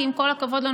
כי עם כל הכבוד לנו,